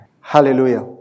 Hallelujah